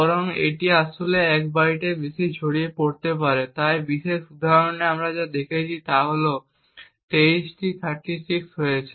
বরং এটি আসলে 1 বাইটের বেশি ছড়িয়ে পড়তে পারে তাই এই বিশেষ উদাহরণে আমরা যা দেখছি তা হল 23টি 36 হয়েছে